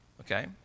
Okay